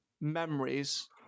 memories